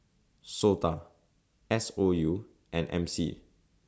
Souta S O U and M C